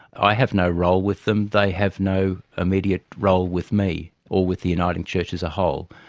i have no role with them. they have no immediate role with me or with the uniting church as a whole.